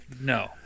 no